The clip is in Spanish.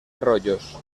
arroyos